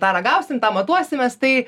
tą ragausim tą matuosimės tai